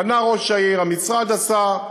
פנה ראש העיר, המשרד עשה.